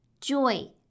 joy